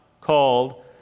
called